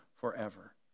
forever